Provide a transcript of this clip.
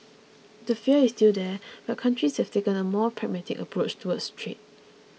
the fear is still there but countries have taken a more pragmatic approach towards trade